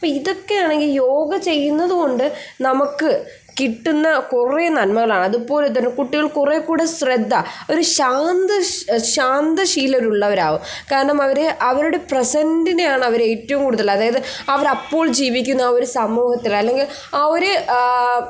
അപ്പോൾ ഇതൊക്കെയാണ് ഈ യോഗ ചെയ്യുന്നത് കൊണ്ട് നമുക്ക് കിട്ടുന്ന കുറേ നന്മകളാണ് അതുപോലെത്തന്നെ കുട്ടികൾ കുറേക്കൂടെ ശ്രദ്ധ ഒരു ശാന്തശീലരുള്ളവരാവും കാരണം അവർ അവരുടെ പ്രെസൻറ്റിനെയാണവർ ഏറ്റവും കൂടുതൽ അതായത് അവർ അപ്പോൾ ജീവിക്കുന്ന ഒരു സമൂഹത്തിൽ അല്ലെങ്കിൽ ആ ഒരു